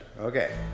Okay